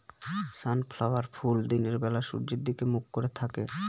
sunflower ফুল দিনের বেলা সূর্যের দিকে মুখ করে থাকে